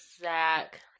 zach